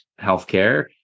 healthcare